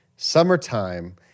Summertime